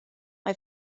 mae